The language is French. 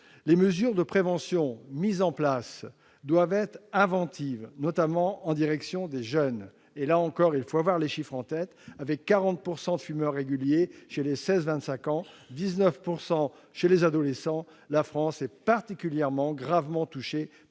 les mesures de prévention mises en place doivent être inventives, notamment en direction des jeunes. Là encore, il faut avoir les chiffres en tête : avec 40 % de fumeurs réguliers chez les 16-25 ans et 19 % chez les adolescents, la France est gravement touchée par ce